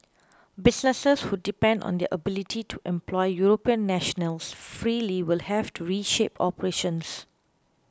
businesses who depend on their ability to employ European nationals freely will have to reshape operations